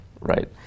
right